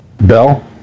Bell